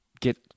get